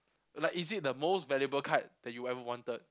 like is it the most valuable card that you ever wanted